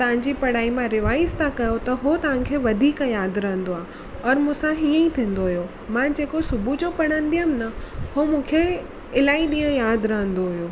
तव्हांजी पढ़ाई मां रीवाइज़ था कयो त हुओ तव्हांखे वधीक यादि रहंदो आहे और मूंसां हीअंई थींदो हुयो मां जेको सुबुह जो पढ़ंदी हुयुमि न हो मूंखे इलाही ॾींहं यादि रहंदो हुयो